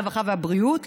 הרווחה והבריאות,